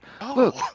Look